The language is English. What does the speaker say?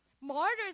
Martyrs